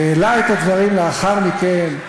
והעלה את הדברים לאחר מכן,